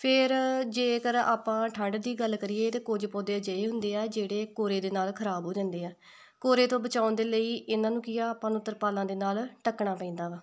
ਫਿਰ ਜੇਕਰ ਆਪਾਂ ਠੰਢ ਦੀ ਗੱਲ ਕਰੀਏ ਤਾਂ ਕੁਝ ਪੌਦੇ ਅਜਿਹੇ ਹੁੰਦੇ ਆ ਜਿਹੜੇ ਕੋਰੇ ਦੇ ਨਾਲ਼ ਖ਼ਰਾਬ ਹੋ ਜਾਂਦੇ ਆ ਕੋਰੇ ਤੋਂ ਬਚਾਉਣ ਦੇ ਲਈ ਇਹਨਾਂ ਨੂੰ ਕੀ ਆ ਆਪਾਂ ਨੂੰ ਤਰਪਾਲਾਂ ਦੇ ਨਾਲ਼ ਢਕਣਾ ਪੈਂਦਾ ਵਾ